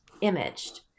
imaged